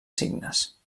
signes